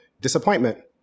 disappointment